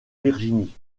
virginie